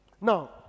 Now